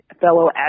fellow